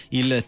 il